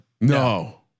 No